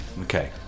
okay